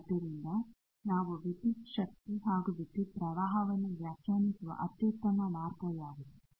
ಆದ್ದರಿಂದ ನಾವು ವಿದ್ಯುತ್ ಶಕ್ತಿ ಹಾಗೂ ವಿದ್ಯುತ್ ಪ್ರವಾಹವನ್ನು ವ್ಯಾಖ್ಯಾನಿಸುವ ಅತ್ಯುತ್ತಮ ಮಾರ್ಗ ಯಾವುದು